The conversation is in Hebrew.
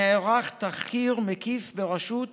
נערך תחקיר מקיף בראשות